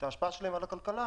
את ההשפעה שלהם על הכלכלה,